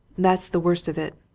that's the worst of it.